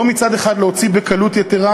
מצד אחד לא להוציא בקלות יתרה,